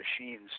machines